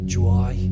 joy